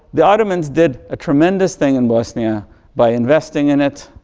the ottoman's did a tremendous thing in bosnia by investing in it,